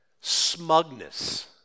smugness